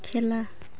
খেলা